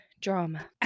drama